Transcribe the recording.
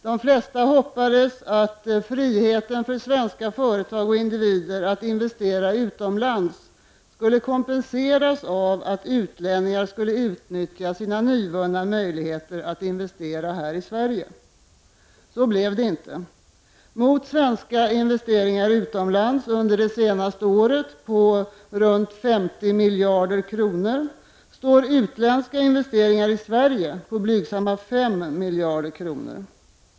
De flesta hoppades att friheten för svenska företag och individer att investera utomlands skulle kompenseras av att utlänningar skulle utnyttja sina nyvunna möjligheter att investera här i Sverige. Så blev det inte. Mot svenska investeringar utomlands under det senaste året på runt 50 miljarder kronor står utländska investeringar i Sverige på blygsamma 5 miljarder kronor.